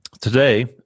today